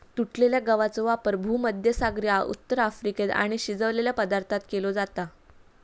तुटलेल्या गवाचो वापर भुमध्यसागरी उत्तर अफ्रिकेत आणि शिजवलेल्या पदार्थांत केलो जाता